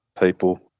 people